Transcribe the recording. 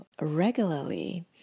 regularly